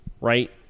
right